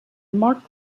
mark